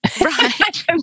Right